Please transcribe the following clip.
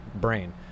Brain